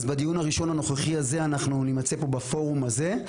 אז בדיון הראשון הנוכחי הזה אנחנו נימצא פה בפורום הזה,